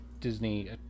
Disney